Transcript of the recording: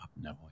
no